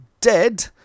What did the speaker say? dead